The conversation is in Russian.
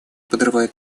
подрывают